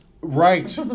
Right